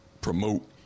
promote